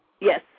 Yes